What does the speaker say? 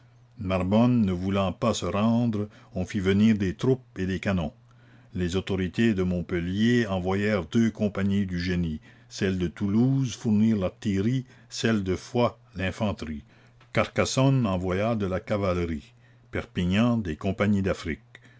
narbonne ne voulant pas se rendre on fit venir des troupes et des canons les autorités de montpellier envoyèrent deux compagnies du génie celles de toulouse fournirent l'artillerie celles de foix l'infanterie carcassonne envoya de la cavalerie perpignan des compagnies